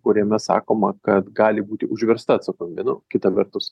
kuriame sakoma kad gali būti užversta atsakomybė nu kita vertus